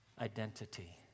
identity